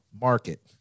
market